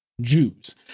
jews